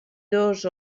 dos